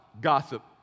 gossip